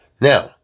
Now